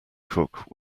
cook